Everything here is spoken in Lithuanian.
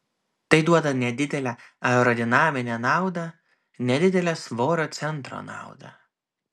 tai duoda nedidelę aerodinaminę naudą nedidelę svorio centro naudą